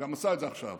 הוא עשה את זה גם עכשיו.